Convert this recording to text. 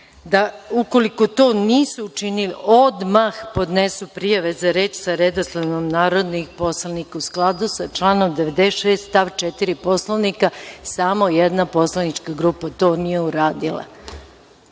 da ukoliko to nisu učinile odmah podnesu prijave za reč sa redosledom narodnih poslanika u skladu sa članom 96. stav 4. Poslovnika. Samo jedna poslanička grupa to nije uradila